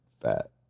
fat